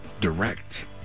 direct